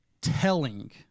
telling